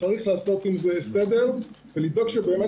צריך לעשות עם זה סדר ולבדוק שבאמת